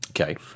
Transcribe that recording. Okay